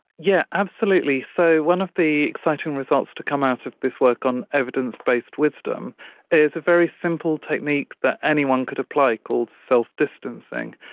yeah absolutely, so one of the exciting results to come out of this work on evidence-based wisdom is a very simple technique that anyone could apply called self-distancing.